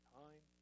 time